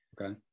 Okay